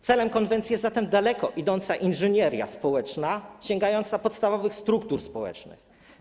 Celem konwencji jest zatem daleko idąca inżynieria społeczna, sięgająca podstawowych struktur społecznych.